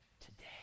today